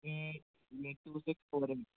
to six four है ma'am